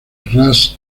ras